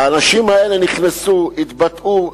האנשים האלה נכנסו, התבטאו: